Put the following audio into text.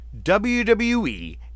WWE